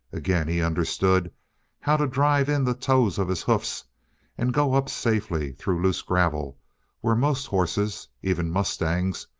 again he understood how to drive in the toes of his hoofs and go up safely through loose gravel where most horses, even mustangs,